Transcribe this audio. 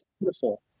beautiful